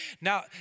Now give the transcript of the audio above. Now